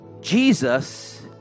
Jesus